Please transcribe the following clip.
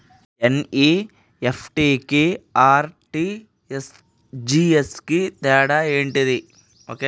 NEFT కి RTGS కు తేడా ఏంటిది?